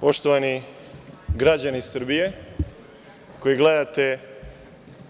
Poštovani građani Srbije, koji gledate